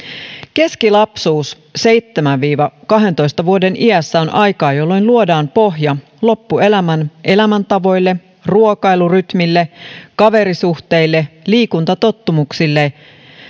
keskilapsuus seitsemän viiva kahdentoista vuoden iässä on aikaa jolloin luodaan pohja loppuelämän elämäntavoille ruokailurytmille kaverisuhteille liikuntatottumuksille